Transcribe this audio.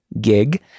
gig